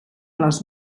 les